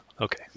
okay